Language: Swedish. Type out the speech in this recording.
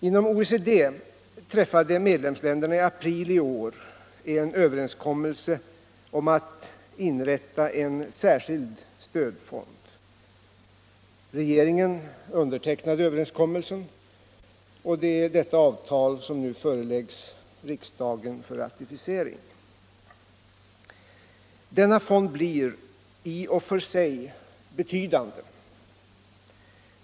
Inom OECD träffade medlemsländerna i april i år en överenskommelse om att inrätta en särskild stödfond. Regeringen undertecknade överenskommelsen, och det är detta avtal som nu föreläggs riksdagen för ratificering. Denna fond blir i och för sig betydande.